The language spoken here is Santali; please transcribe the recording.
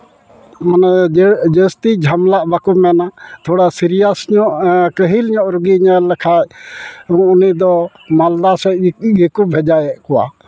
ᱢᱟᱱᱮ ᱡᱟᱹᱥᱛᱤ ᱡᱷᱟᱢᱮᱞᱟᱜ ᱵᱟᱝ ᱠᱚ ᱢᱮᱱᱟ ᱛᱷᱚᱲᱟ ᱥᱤᱨᱤᱭᱟᱥ ᱧᱚᱜ ᱠᱟᱹᱦᱤᱞ ᱧᱚᱜ ᱨᱩᱜᱤ ᱧᱮᱞ ᱞᱮᱠᱷᱟᱡ ᱩᱱᱤ ᱫᱚ ᱢᱟᱞᱫᱟ ᱥᱮᱡ ᱜᱮᱠᱚ ᱵᱷᱮᱡᱟᱭᱮᱫ ᱠᱚᱣᱟ